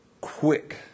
quick